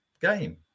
game